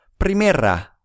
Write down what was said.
Primera